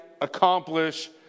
accomplish